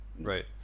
right